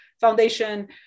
foundation